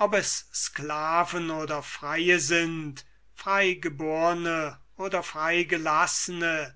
ob es sklaven oder freie sind freigeborne oder freigelassene